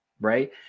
right